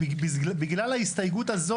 רק תגיד לי איזה הסתייגות אנחנו.